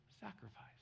sacrifice